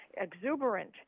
exuberant